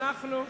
אנחנו,